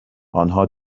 آنها